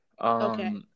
Okay